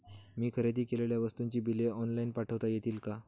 मी खरेदी केलेल्या वस्तूंची बिले ऑनलाइन पाठवता येतील का?